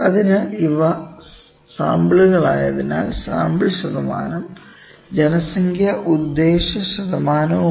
അതിനാൽ ഇവ സാമ്പിളുകളായതിനാൽ സാമ്പിൾ ശതമാനം ജനസംഖ്യാ ഉദ്ദേശ്യ ശതമാനവുമായി